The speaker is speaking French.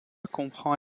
comprend